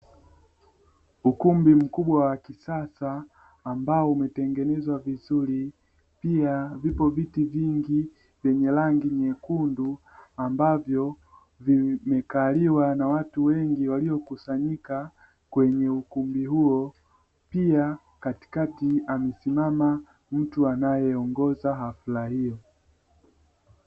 Ukumbi mkubwa wa kisasa ambao umetengenezwa vizuri, pia vipo viti vingi vyenye rangi nyekundu ambavyo vimekaliwa na watu wengi waliokusanyika kwenye ukumbi huo, pia katikati amesimama mtu anayeongoza hafla hiyo.